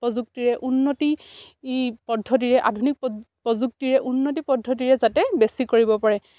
প্ৰযুক্তিৰে উন্নতি ই পদ্ধতিৰে আধুনিক প্ৰযুক্তিৰে উন্নতি পদ্ধতিৰে যাতে বেছি কৰিব পাৰে